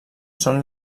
són